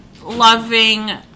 Loving